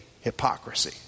hypocrisy